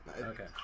okay